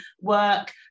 work